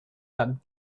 that